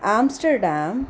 Amsterdam